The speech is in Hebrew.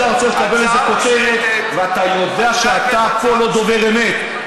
בגלל שאתה רוצה לקבל איזה כותרת ואתה יודע שאתה פה לא דובר אמת.